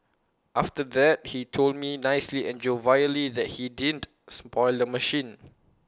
after that he told me nicely and jovially that he didn't spoil the machine